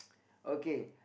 okay